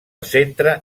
centre